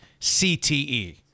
CTE